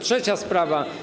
Trzecia sprawa.